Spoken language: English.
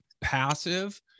passive